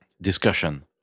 discussion